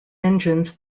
engines